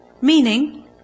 Meaning